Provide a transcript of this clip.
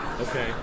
okay